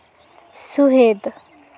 ᱥᱩᱦᱮᱫᱽ